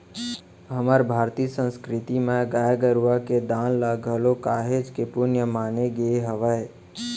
हमर भारतीय संस्कृति म गाय गरुवा के दान ल घलोक काहेच के पुन्य माने गे हावय